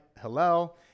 Hillel